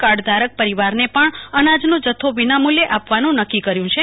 કાર્ડધારક પરિવાર ને પણ અનાજ નો જથ્થો વિનામુલ્ચે આપવાનું નક્કી કર્યુ છે